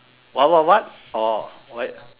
what what what orh what